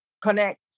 connect